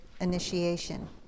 initiation